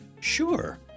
Sure